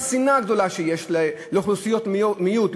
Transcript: של השנאה הגדולה לאוכלוסיות מיעוט,